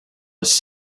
was